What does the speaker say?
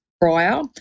prior